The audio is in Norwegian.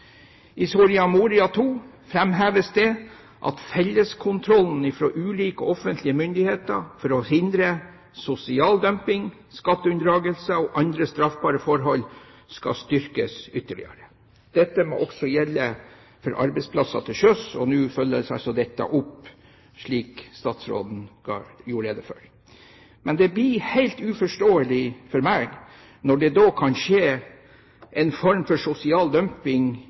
I Soria Moria II framheves det at felleskontrollen fra ulike offentlige myndigheter for å hindre sosial dumping, skatteunndragelser og andre straffbare forhold skal styrkes ytterligere. Dette må også gjelde for arbeidsplasser til sjøs, og nå følges altså dette opp, slik statsråden gjorde rede for. Det blir da helt uforståelig for meg at det kan skje en form for sosial dumping